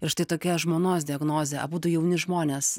ir štai tokia žmonos diagnozė abudu jauni žmonės